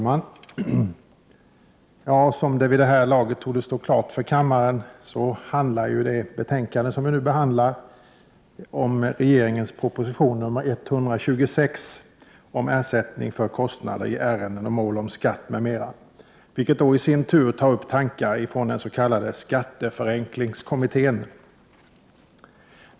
Fru talman! Som det vid det här laget torde stå klart för kammarens ledamöter handlar det betänkande som vi nu behandlar om regeringens proposition 1988/89:126 om ersättning för kostnader i ärenden och mål om skatt m.m., vilkeni sin tur tar upp tankar från den s.k. skatteförenklingskommittén.